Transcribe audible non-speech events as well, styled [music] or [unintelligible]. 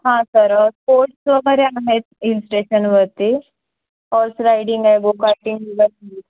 हां sir sports वगैरे आहेत हिल स्टेशनवरती हॉर्स रायडिंग आहे गो कार्टिंग [unintelligible]